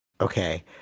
Okay